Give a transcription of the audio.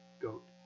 goat